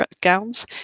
Gowns